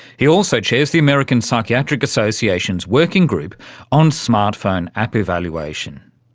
he also chairs the american psychiatric association's working group on smartphone app evaluation.